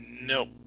nope